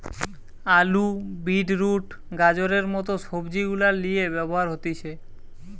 আলু, beetroot, গাজরের মত সবজি গুলার লিয়ে ব্যবহার হতিছে